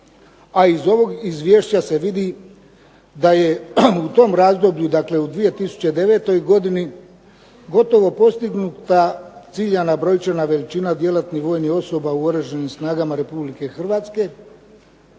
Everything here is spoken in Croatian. a iz ovog izvješća se vidi da je u tom razdoblju, dakle u 2009. godini gotovo postignuta ciljana brojčana veličina djelatnih vojnih osoba u Oružanim snagama Republike Hrvatske.